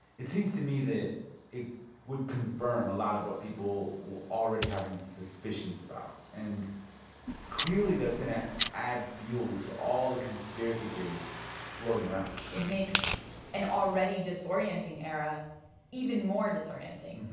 it seems to me that it would confirm a lot of what people were already having suspicions about. and clearly, that's going to add fuel to all the conspiracy theories floating around it makes an already disorienting era even more disorienting.